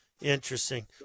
Interesting